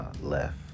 left